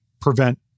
prevent